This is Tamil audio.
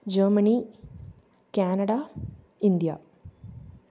Germany Canada India